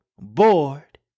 bored